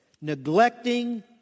Neglecting